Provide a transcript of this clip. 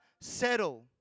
settle